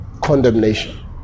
condemnation